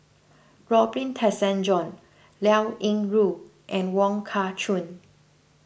Robin Liao Yingru and Wong Kah Chun